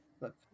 Look